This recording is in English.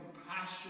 compassion